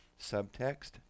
Subtext